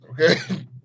Okay